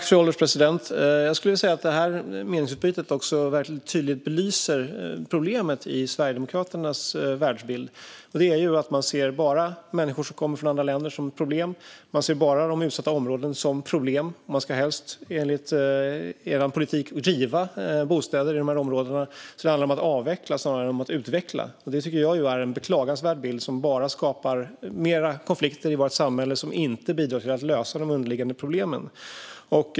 Fru ålderspresident! Detta meningsutbyte belyser tydligt problemet i Sverigedemokraternas världsbild, och det är att man ser människor från andra länder och de utsatta områdena bara som problem. Enligt den politiken ska bostäder i dessa områden helst rivas. Det handlar alltså om att avveckla snarare än om att utveckla. Detta tycker jag är en beklagansvärd bild som bara skapar mer konflikter i vårt samhälle och inte bidrar till att lösa de underliggande problemen.